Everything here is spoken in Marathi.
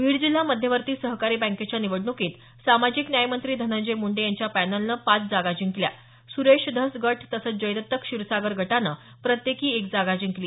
बीड जिल्हा मध्यवर्ती सहकारी बँकेच्या निवडणुकीत सामाजिक न्यायमंत्री धनंजय मुंडे यांच्या पॅनलने पाच जागा जिंकल्या सुरेश धस गट तसंच जयदत्त क्षीरसागर गटाने प्रत्येकी एक जागा जिंकली